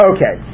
Okay